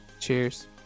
Cheers